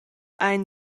ein